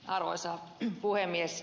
arvoisa puhemies